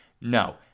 No